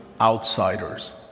outsiders